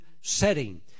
setting